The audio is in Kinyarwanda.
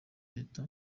leta